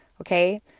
okay